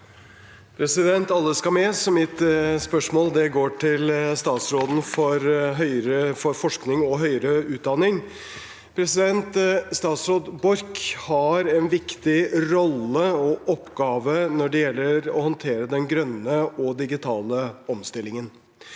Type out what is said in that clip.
Alle skal med, så mitt spørsmål går til statsråden for forskning og høyere utdanning. Statsråd Borch har en viktig rolle og oppgave når det gjelder å håndtere den grønne og digitale omstillingen.